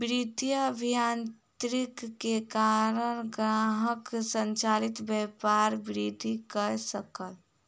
वित्तीय अभियांत्रिकी के कारण ग्राहक संचालित व्यापार वृद्धि कय सकल